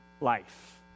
life